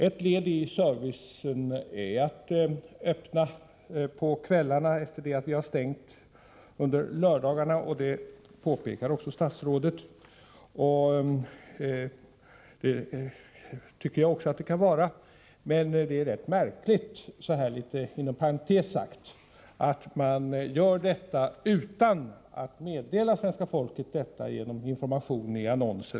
Ett led i servicen är öppethållande på kvällstid, eftersom vi har stängt på lördagarna. Detta påpekar också statsrådet. Jag tycker detsamma, men inom parentes sagt är det rätt märkligt att man inför kvällsöppet utan att meddela svenska folket detta genom information via annonser.